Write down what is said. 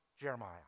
Jeremiah